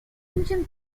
engine